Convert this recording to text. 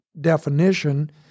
definition